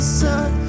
sun